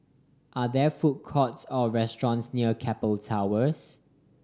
are there food courts or restaurants near Keppel Towers